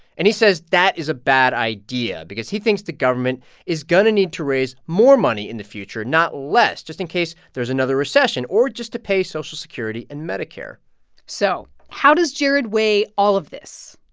and he says that is a bad idea because he thinks the government is going to need to raise more money in the future, not less, just in case there's another recession or just to pay social security and medicare so how does jared weigh all of this?